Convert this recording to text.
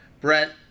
Brent